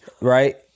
Right